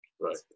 Right